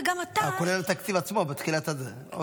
כולל התקציב עצמו בתחילת הדרך.